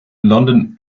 london